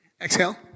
Exhale